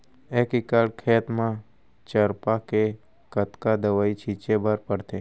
एक एकड़ खेत म चरपा के कतना दवई छिंचे बर पड़थे?